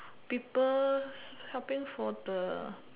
people helping for the